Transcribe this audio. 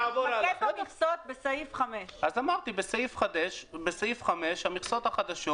תתמקד במכסות בסעיף 5. בסעיף 5 המכסות החדשות